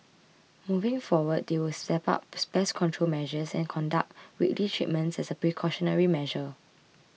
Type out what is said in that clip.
moving forward they will step up pest control measures and conduct weekly treatments as a precautionary measure